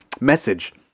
message